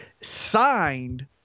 signed